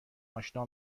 آشنا